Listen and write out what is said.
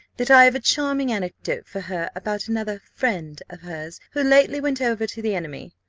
that i have a charming anecdote for her about another friend of hers, who lately went over to the enemy,